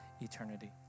eternity